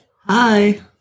Hi